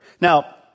Now